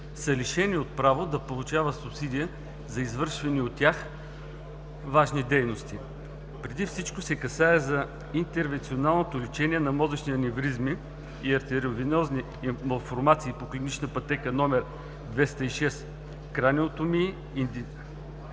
са лишени от право да получават субсидия за извършвани от тях важни дейности. Преди всичко се касае за интервенционалното лечение на мозъчни аневризми и артеровенозни малформации по клинична пътека № 206, краниотомии,